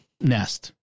nest